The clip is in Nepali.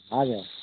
हजुर